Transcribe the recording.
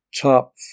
top